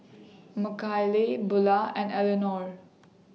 Makayla Bulah and Eleanor